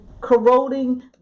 corroding